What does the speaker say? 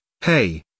hey